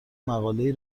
مقالهای